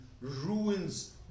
ruins